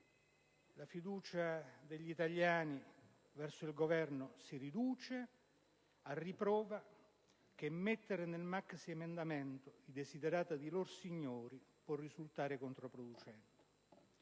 La fiducia degli italiani verso il Governo si riduce, a riprova che mettere nel maxiemendamento i *desiderata* di lorsignori può risultare controproducente.